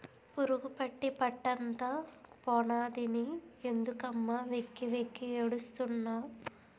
పురుగుపట్టి పంటంతా పోనాదని ఎందుకమ్మ వెక్కి వెక్కి ఏడుస్తున్నావ్